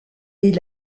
est